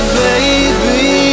baby